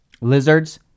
lizards